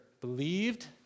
Believed